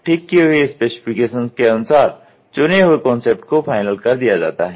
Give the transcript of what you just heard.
ठीक किये हुए स्पेसिफिकेशन्स के अनुसार चुने हुए कांसेप्ट को फाइनल कर दिया जाता है